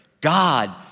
God